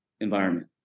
environment